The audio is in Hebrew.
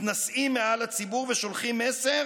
מתנשאים מעל הציבור ושולחים מסר